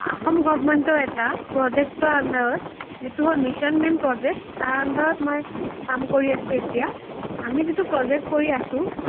অসম গৰ্ভমেণ্টৰ এটা প্ৰজেক্টৰ আন্দাৰত এইটো হ'ল মিচন মেন প্ৰজেক্ট তাৰ আন্দাৰত মই কাম কৰি আছো এতিয়া আমি যিটো প্ৰজেক্ট কৰি আছো